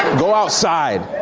go outside.